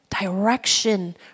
direction